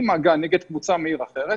עם מגע, נגד קבוצה מעיר אחרת.